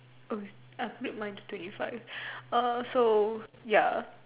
um I mute my to twenty five err so ya